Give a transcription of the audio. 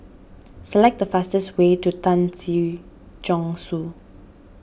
select the fastest way to Tan Si Chong Su